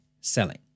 selling